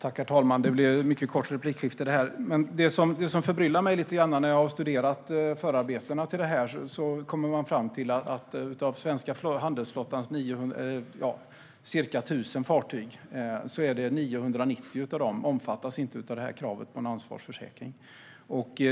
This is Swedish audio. Herr talman! Detta blir ett mycket kort replikskifte. Det som förbryllar mig lite grann när jag studerar förarbetena till detta är att jag kommer fram till att av den svenska handelsflottans ca 1 000 fartyg är det 990 som inte omfattas av kravet på en ansvarsförsäkring.